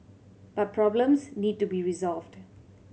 but problems need to be resolved